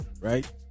right